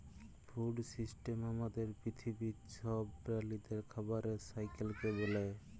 food system আমাদের পিথিবীর ছব প্রালিদের খাবারের সাইকেলকে ব্যলে